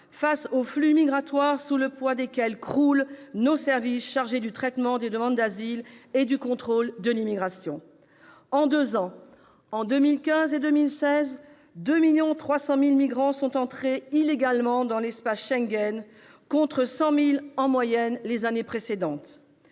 face aux flux migratoires sous le poids desquels croulent nos services chargés du traitement des demandes d'asile et du contrôle de l'immigration. En deux ans, en 2015 et 2016, 2,3 millions de migrants sont entrés illégalement dans l'espace Schengen, contre 100 000 en moyenne les années précédentes.